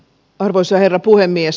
arvoisa herra puhemies